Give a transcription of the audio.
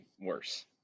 worse